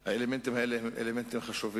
בא הבדואי, שיצא מצוברח מהשוק,